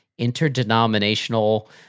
interdenominational